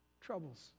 troubles